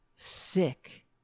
sick